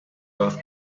both